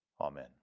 Amen